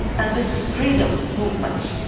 and this freedom movement,